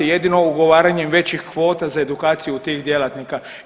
Jedino ugovaranjem većih kvota za edukaciju tih djelatnika.